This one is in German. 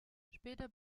später